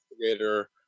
investigator